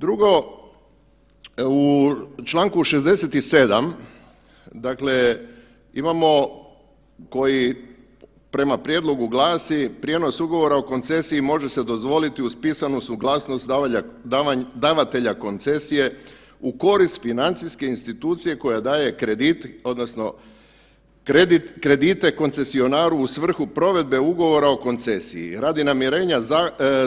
Drugo, u čl. 67., dakle imamo, koji prema prijedlogu glasi prijenos ugovora o koncesiji može se dozvoliti uz pisanu suglasnost davatelja koncesije u korist financijske institucije koja daje kredite odnosno kredite koncesionaru u svrhu provedbe Ugovora o koncesiji radi namirenja